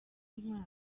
intwari